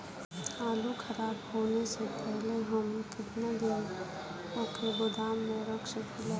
आलूखराब होने से पहले हम केतना दिन वोके गोदाम में रख सकिला?